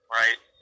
right